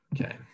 Okay